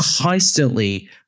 constantly